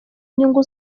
inyungu